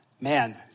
man